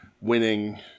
winning